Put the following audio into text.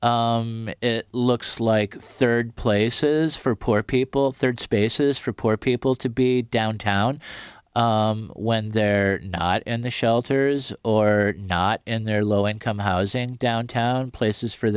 looks like third places for poor people third spaces for poor people to be downtown when they're not in the shelters or not in their low income housing downtown places for